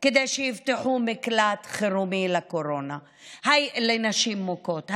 כדי שיפתחו מקלט חירום בקורונה לנשים מוכות,